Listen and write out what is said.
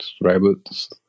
rabbits